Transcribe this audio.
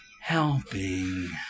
Helping